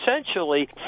essentially